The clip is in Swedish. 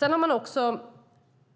Man har också